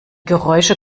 geräusche